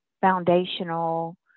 foundational